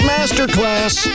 Masterclass